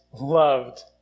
loved